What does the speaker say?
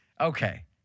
okay